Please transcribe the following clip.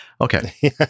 Okay